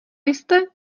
jste